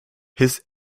his